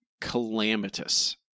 calamitous